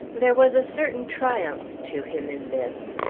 there was a certain triumph to him in this.